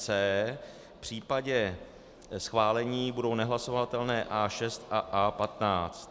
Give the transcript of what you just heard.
V případě schválení budou nehlasovatelné A6 a A15.